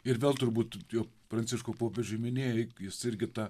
ir vėl turbūt jau pranciškau popiežiui minėjai jis irgi tą